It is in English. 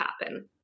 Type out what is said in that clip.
happen